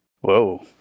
Whoa